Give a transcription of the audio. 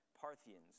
Parthians